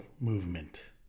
Movement